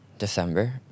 December